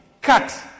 cut